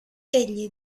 egli